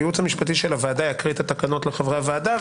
הייעוץ המשפטי של הוועדה יקריא את התקנות לחברי הוועדה,